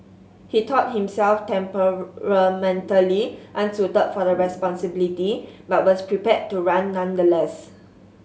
he thought himself temperamentally unsuited for the responsibility but was prepared to run nonetheless